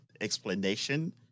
explanation